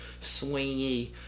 swingy